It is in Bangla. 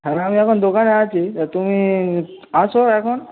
হ্যাঁ আমি আমি এখন দোকানে আছি তুমি এসো এখন